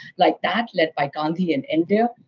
like that led by gandhi in india.